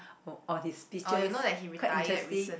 oh on his speeches quite interesting